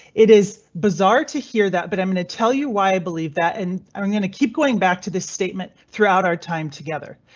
it is bizarre to hear that, but i'm going to tell you why i believe that and. i'm going to keep going back to this statement throughout our time together.